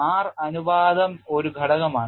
R അനുപാതം ഒരു ഘടകമാണ്